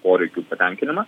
poreikių patenkinimą